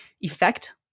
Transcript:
effect